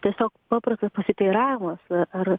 tiesiog paprastas pasiteiravimas ar